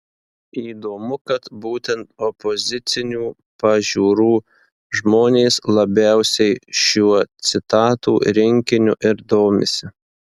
įdomu kad būtent opozicinių pažiūrų žmonės labiausiai šiuo citatų rinkiniu ir domisi